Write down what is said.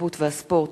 התרבות והספורט